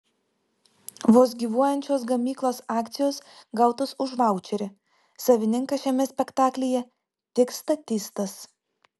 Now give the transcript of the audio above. vos gyvuojančios gamyklos akcijos gautos už vaučerį savininkas šiame spektaklyje tik statistas